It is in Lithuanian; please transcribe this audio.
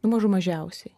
nu mažų mažiausiai